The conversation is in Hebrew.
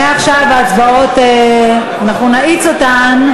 מעכשיו ההצבעות, אנחנו נאיץ אותן.